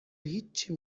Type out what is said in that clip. هیچی